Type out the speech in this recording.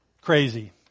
crazy